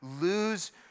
lose